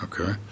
okay